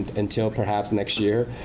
until perhaps next year.